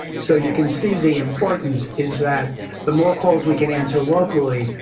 so you can see the importance is that the more calls we can answer locally,